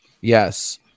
Yes